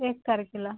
एक तारखेला